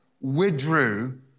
withdrew